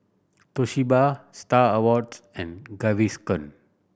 Toshiba Star Awards and Gaviscon